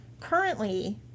currently